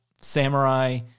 Samurai